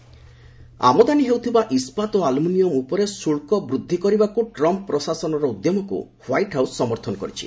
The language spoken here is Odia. ୟୁ ଏସ୍ ଟାରିପ୍ସ୍ ଆମଦାନୀ ହେଉଥିବା ଇସ୍କାତ୍ ଓ ଆଲ୍ମିନିୟମ୍ ଉପରେ ଶୁଳ୍କ ବୃଦ୍ଧି କରିବାକୁ ଟ୍ରମ୍ପ୍ ପ୍ରଶାସନର ଉଦ୍ୟମକୁ ହ୍ୱାଇଟ୍ ହାଉସ୍ ସମର୍ଥନ କରିଛି